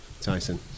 Tyson